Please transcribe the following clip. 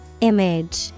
Image